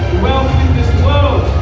wealth in this world